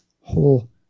whole